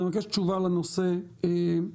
אני מבקש תשובה לנושא הזה.